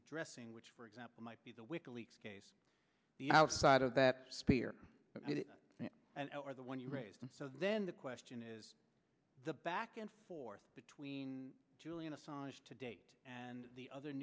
addressing which for example might be the wikileaks case the outside of that spear and the one you raised so then the question is the back and forth between julian assange to date and the other